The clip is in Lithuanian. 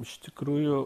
iš tikrųjų